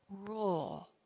rule